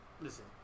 Listen